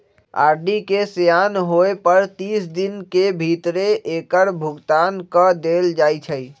RD के सेयान होय पर तीस दिन के भीतरे एकर भुगतान क देल जाइ छइ